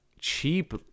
cheap